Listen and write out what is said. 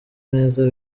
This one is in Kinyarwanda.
meza